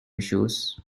shoes